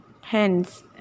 hence